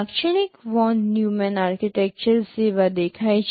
લાક્ષણિક von Neumann architectures જેવા દેખાય છે